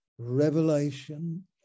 revelation